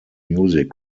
music